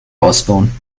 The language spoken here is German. ausbauen